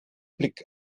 blick